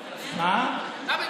אתה עומד